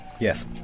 Yes